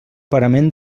parament